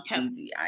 easy